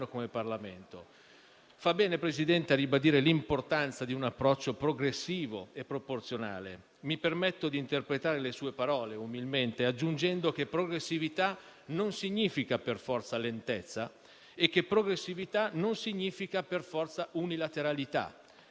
come Parlamento. Fa bene, Presidente, a ribadire l'importanza di un approccio progressivo e proporzionale. Mi permetto di interpretare le sue parole, umilmente, aggiungendo che progressività non significa per forza lentezza e che progressività non significa per forza unilateralità.